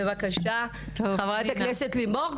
בבקשה, חה"כ לימור.